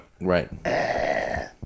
right